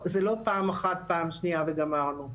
פעם אחת, פעם שנייה וגמרנו.